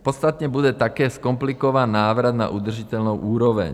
Podstatně bude také zkomplikován návrat na udržitelnou úroveň.